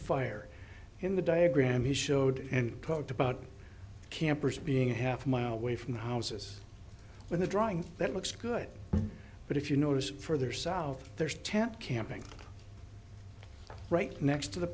fire in the diagram he showed and talked about campers being a half mile away from the houses when the drawing that looks good but if you notice further south there's a tent camping right next to the